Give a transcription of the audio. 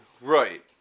Right